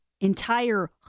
entire